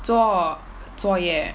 做作业